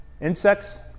insects